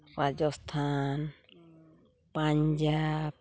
Rajasthan Punjab